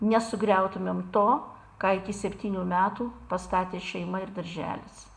nesugriautumėm to ką iki septynių metų pastatė šeima ir darželis